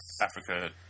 Africa